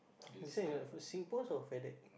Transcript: this one is for SingPost or Fedex